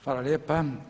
Hvala lijepo.